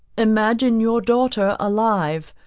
imagine your daughter alive,